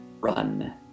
run